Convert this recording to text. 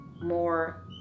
more